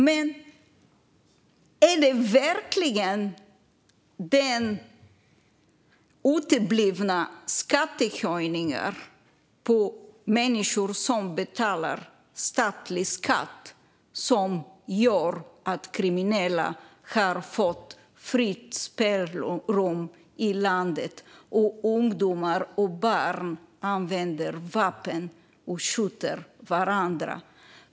Men är det verkligen uteblivna skattehöjningar för människor som betalar statlig skatt som har gett kriminella fritt spelrum i landet och gjort att barn och ungdomar använder vapen och skjuter varandra?